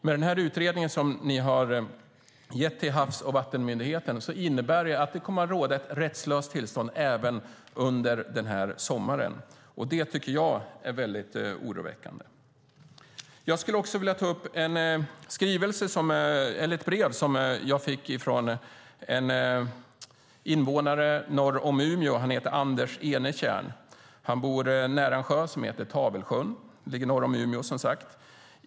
Det uppdrag som ni har gett till Havs och vattenmyndigheten innebär att det kommer att råda ett rättslöst tillstånd även under denna sommar. Det tycker jag är mycket oroväckande. Jag skulle också vilja ta upp ett brev som jag fick från en invånare norr om Umeå. Han heter Anders Enetjärn. Han bor nära en sjö som heter Tavelsjön, och som alltså ligger norr om Umeå.